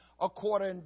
according